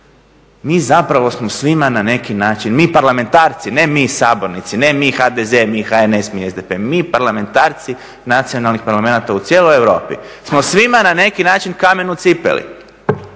Mi zapravo smo svima na neki način, mi parlamentarci, ne mi sabornici, ne mi HDZ, mi HNS, mi SDP, mi parlamentarci nacionalnih parlamenata u cijeloj Europi smo svima na neki način kamen u cipeli.